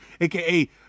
AKA